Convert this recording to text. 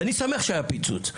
ואני שמח שהיה פיצוץ,